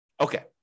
Okay